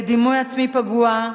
לדימוי עצמי פגוע,